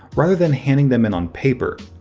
rather than handing them in on paper.